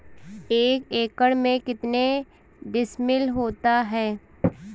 एक एकड़ में कितने डिसमिल होता है?